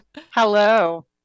hello